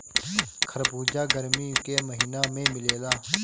खरबूजा गरमी के महिना में मिलेला